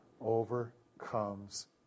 overcomes